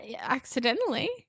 accidentally